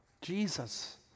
Jesus